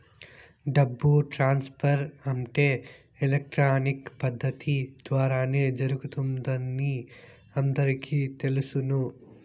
డబ్బు ట్రాన్స్ఫర్ అంటే ఎలక్ట్రానిక్ పద్దతి ద్వారానే జరుగుతుందని అందరికీ తెలుసును